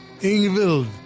Ingvild